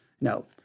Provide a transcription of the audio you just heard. No